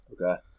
Okay